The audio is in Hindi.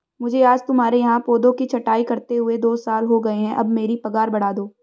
मुझे आज तुम्हारे यहाँ पौधों की छंटाई करते हुए दो साल हो गए है अब मेरी पगार बढ़ा दो